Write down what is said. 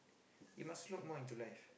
you must look more into life